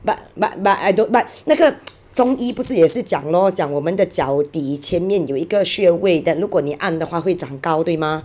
but but but I don't but 那个 中医不是也是讲 lor 讲我们的脚底前面有一个穴位的如果你按的话会长高对吗